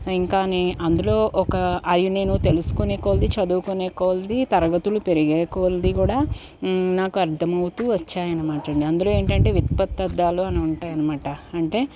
ఇంకా నేను అందులో ఒక అయి నేను తెలుసుకునే కొలది చదువుకునే కొలది తరగతులు పెరిగే కొలది కూడా నాకు అర్థమవుతూ వచ్చాయనమాట అండి అందులో ఏంటంటే వ్యుత్పతర్థాలు అని ఉంటాయి అనమాట అంటే